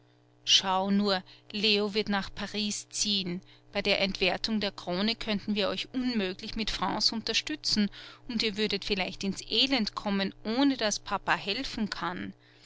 schau nur leo wird nach paris ziehen bei der entwertung der krone könnten wir euch unmöglich mit francs unterstützen und ihr würdet vielleicht ins elend kommen ohne daß papa helfen kann